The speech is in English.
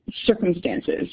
circumstances